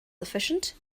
efficient